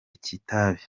kitabi